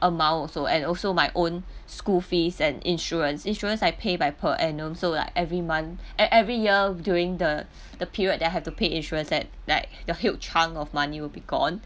amount also and also my own school fees and insurance insurance I pay by per annum so like every month at every year during the the period that I have to pay insurance that like the huge chunk of money will be gone